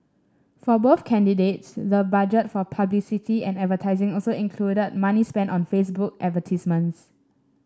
for both candidates the budget for publicity and advertising also included money spent on Facebook advertisements